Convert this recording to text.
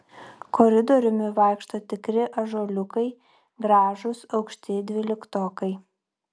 koridoriumi vaikšto tikri ąžuoliukai gražūs aukšti dvyliktokai